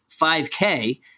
5K